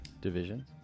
Division